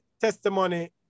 testimony